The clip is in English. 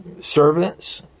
servants